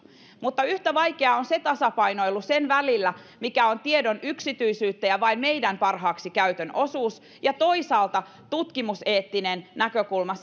mutta yhtä vaikeaa on tasapainoilu sen mikä on tiedon yksityisyyden ja vain meidän parhaaksi käytön osuus ja toisaalta sen tutkimuseettisen näkökulman